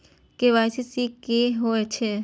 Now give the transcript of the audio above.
KYC की हे छे?